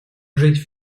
жить